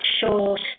short